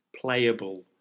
playable